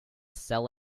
sell